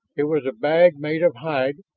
it was a bag made of hide,